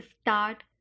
start